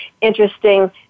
interesting